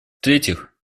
третьих